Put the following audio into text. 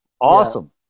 Awesome